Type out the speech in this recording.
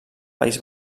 país